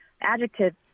adjective